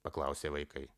paklausė vaikai